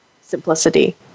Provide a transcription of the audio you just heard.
simplicity